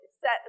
set